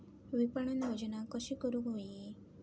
विपणन योजना कशी करुक होई?